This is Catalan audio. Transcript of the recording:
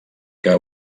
que